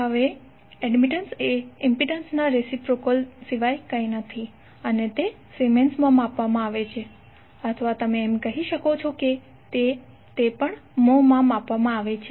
હવે એડમિટન્સ એ ઇમ્પિડન્સના રેસિપ્રોકલ સિવાય કંઈ નથી અને તે સિમેન્સ માં માપવામાં આવે છે અથવા તમે એમ કહી શકો કે તે પણ મ્હોં માં માપવામાં આવે છે